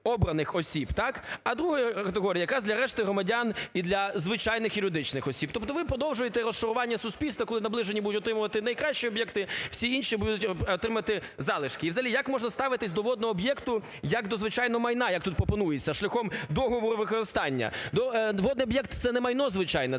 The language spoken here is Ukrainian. Водний об'єкт – це не майно звичайне.